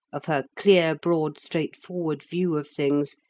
of her clear, broad, straightforward view of things,